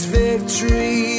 victory